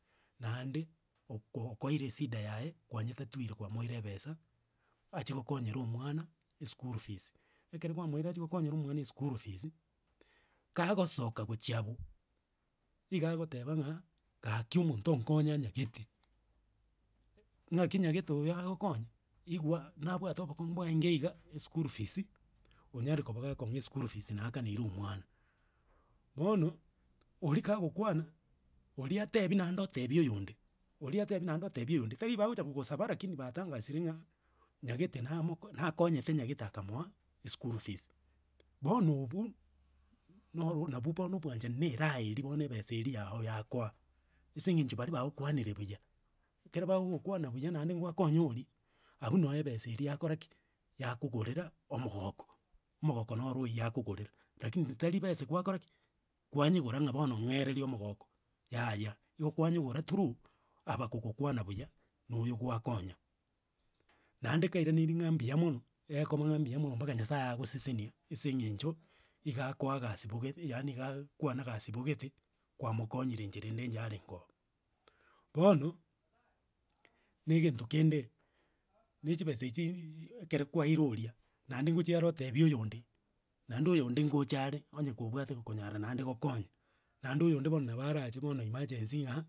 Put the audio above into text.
Naende, oko- koire esida yaaye kwanyetatwire kwamoire ebesa, ache gokonyera omwana eschool fees. Ekero kwamoire achi gokonyera omwana eschool fees, kagosoka gochia abwo, iga agoteba ng'a, gaki omonto onkonya nyagete ng'aki nyagete oyo agokonya, igwa nabwate obokong'u bwaenge iga eschool fees, onyare koba gakong'aa eschool fees naakaneire omwana. Bono, oria kagokwana, oria atebi naende otebia oyonde, oria atebi naende otebi oyonde, tari bagocha kogosaba rakini batangasire ng'a nyagete namo nakonyete nyagete akamoa, eschool fees. Bono obwo, noro nabu bono obwanchani na eraha eria bono ebesa eria yago yakoa, ase eng'encho baria bagokwanire buya, ekero bagokwana buya, naende gwakonya oria, abwo noe ebesa eria yakora ki, yakogorera omogoko, omogoko noro oywo akogorera. Rakini- ni tari besa gwakora ki, kwanyegora ng'a bono ng'eereri omogoko, yaya igo kwanyegora through, aba kokokwana buya noyo gwakonya. Naende kairaneri ng'a mbuya mono, egekoba ng'a mbuya mono mpaka nyasaye agosesenia ase eng'encho, igo akoa gasibogete yaani gaakwana gasibogete, kwamokonyire enchera ende nyarengo. Bono na egento kende na chibesa echiiii ekero kwaire oria naende ngochi are atebi oyonde, naende oyonde ngochare onye kobwate gokonyara naende gokonya, naende oyonde bono nabo arache bono emergency ng'a.